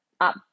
up